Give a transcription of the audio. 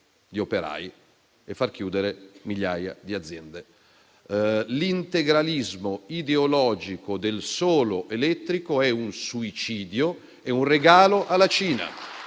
di operai e far chiudere migliaia di aziende. L'integralismo ideologico del solo elettrico è un suicidio nonché un regalo alla Cina